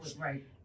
right